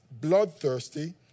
bloodthirsty